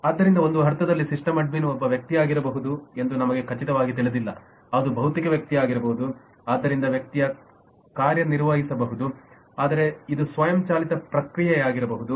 ಆದ್ದರಿಂದ ಒಂದು ಅರ್ಥದಲ್ಲಿ ಸಿಸ್ಟಮ್ ಅಡ್ಮಿನ್ ಒಬ್ಬ ವ್ಯಕ್ತಿಯಾಗಬಹುದು ಎಂದು ನಮಗೆ ಖಚಿತವಾಗಿ ತಿಳಿದಿಲ್ಲ ಅದು ಭೌತಿಕ ವ್ಯಕ್ತಿಯಾಗಿರಬಹುದು ಆದ್ದರಿಂದ ವ್ಯಕ್ತಿಯು ಕಾರ್ಯನಿರ್ವಹಿಸಬಹುದು ಆದರೆ ಇದು ಸ್ವಯಂಚಾಲಿತ ಪ್ರಕ್ರಿಯೆಯಾಗಿರಬಹುದು